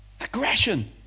aggression